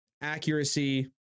accuracy